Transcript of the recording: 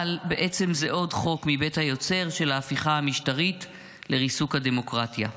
אבל בעצם זה עוד חוק מבית היוצר של ההפיכה המשטרית לריסוק הדמוקרטיה.